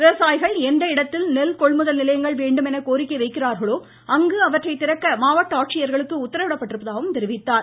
விவசாயிகள் எந்த இடத்தில் நெல் கொள்முதல் நிலையங்கள் வேண்டும் என கோரிக்கை வைக்கிறார்களோ அங்கு இவற்றை திறக்க மாவட்ட ஆட்சியர்களுக்கு உத்தரவிடப்பட்டிருப்பதாக கூறினார்